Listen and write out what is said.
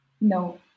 No